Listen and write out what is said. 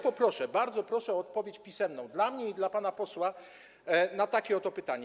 Poproszę, bardzo proszę o odpowiedź pisemną dla mnie i dla pana posła na takie oto pytanie.